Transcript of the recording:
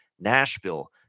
Nashville